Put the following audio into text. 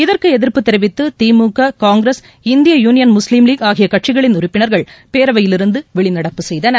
இதற்கு எதிர்ப்பு தெரிவித்து திமுக காங்கிரஸ் இந்திய யூனியன் முஸ்லீம் லீக் ஆகிய கட்சிகளின் உறுப்பினர்கள் பேரவையில் இருந்து வெளிநடப்பு செய்தனர்